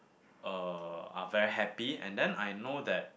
uh are very happy and then I know that